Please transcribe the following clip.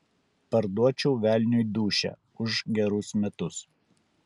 parduočiau velniui dūšią už gerus metus